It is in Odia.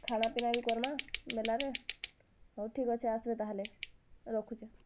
ଖାନାପିନା ବି କର୍ମା ବେଳାରେ ହଉ ଠିକ୍ ଅଛେ ଆସ୍ବେ ତା'ହେଲେ ରଖୁଚେଁ